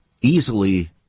easily